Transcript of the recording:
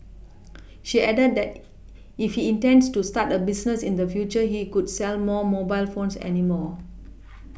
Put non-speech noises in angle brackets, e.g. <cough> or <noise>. <noise> she added that if he intends to start a business in the future he could sell more mobile phones any more <noise>